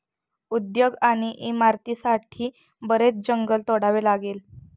उद्योग आणि इमारतींसाठी बरेच जंगल तोडावे लागले